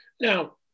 Now